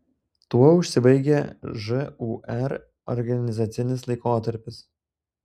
tuo užsibaigė žūr organizacinis laikotarpis